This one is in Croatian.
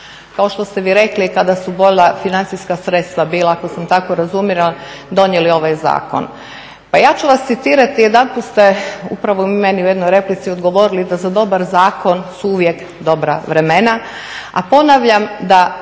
kao što ste vi rekli kada su bolja financijska sredstva bila ako sam tako razumio donijeli ovaj zakon. Pa ja ću vas citirati. Jedanput ste upravo vi meni u jednoj replici odgovorili da za dobar zakon su uvijek dobra vremena, a ponavljam da